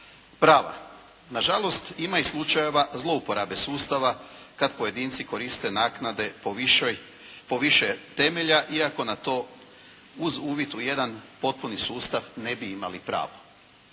prava. Na žalost ima i slučajeva zlouporabe sustava kad pojedinci koriste naknade po više temelja iako na to uz uvid u jedan potpuni sustav ne bi imali pravo.